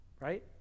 right